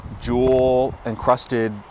jewel-encrusted